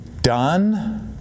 done